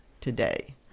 today